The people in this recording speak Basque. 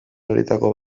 horietako